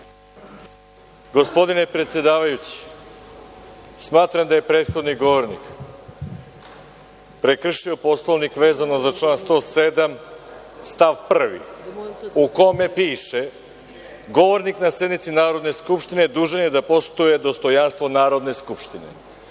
gospodine predsedavajući, smatram da je prethodni govornik prekršio Poslovnik vezano za član 107. stav 1. u kome piše – govornik na sednici Narodne skupštine dužan je da poštuje dostojanstvo Narodne skupštine. Da